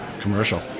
Commercial